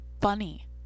funny